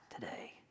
today